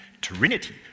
Trinity